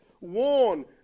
warn